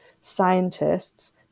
scientists